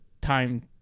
time